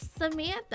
Samantha